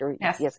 Yes